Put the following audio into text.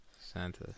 Santa